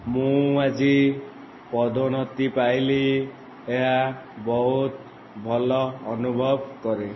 ମୁଁ ଆଜି ପଦୋନ୍ନତି ପାଇଲି ଏହା ବହୁତ ଭଲ ଅନୁଭବ କରେ